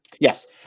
Yes